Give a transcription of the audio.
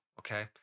okay